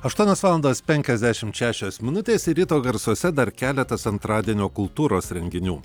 aštuonios valandos penkiasdešimt šešios minutės ir ryto garsuose dar keletas antradienio kultūros renginių